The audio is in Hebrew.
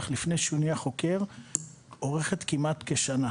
לפני שהוא נהיה חוקר אורכת כמעט כשנה.